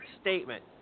statement